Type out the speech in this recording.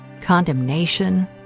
Condemnation